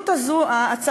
שאלה